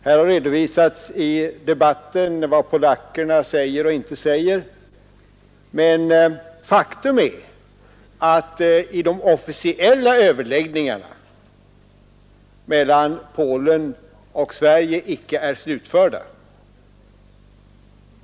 Här har i debatten redovisats vad polackerna säger och inte säger, men faktum är att de officiella överläggningarna mellan Polen och Sverige icke är slutförda.